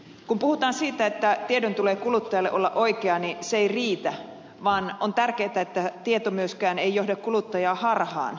kun puhutaan siitä että tiedon tulee olla kuluttajalle oikeaa niin se ei riitä vaan on tärkeätä että tieto ei myöskään johda kuluttajaa harhaan